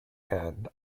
end